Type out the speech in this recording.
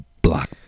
Black